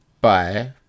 bye